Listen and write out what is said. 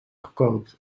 gekookt